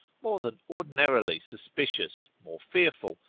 more than ordinarily suspicious more fearful,